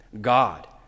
God